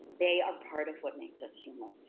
they are part of what makes us human.